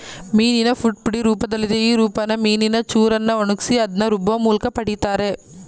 ಮೀನಿನ ಫುಡ್ ಪುಡಿ ರೂಪ್ದಲ್ಲಿದೆ ಈ ರೂಪನ ಮೀನಿನ ಚೂರನ್ನ ಒಣಗ್ಸಿ ಅದ್ನ ರುಬ್ಬೋಮೂಲ್ಕ ಪಡಿತಾರೆ